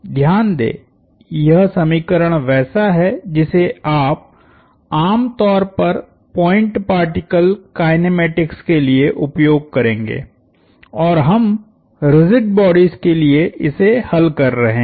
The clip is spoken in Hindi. ध्यान दें यह समीकरण वैसा है जिसे आप आमतौर पर पॉइंट पार्टिकल काईनेमेटीक्स के लिए उपयोग करेंगे और हम रिजिड बॉडीज के लिए इसे हल कर रहे हैं